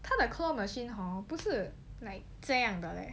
他的 claw machine hor 不是 like 这样的 leh